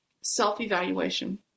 self-evaluation